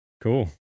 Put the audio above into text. Cool